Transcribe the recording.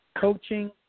coaching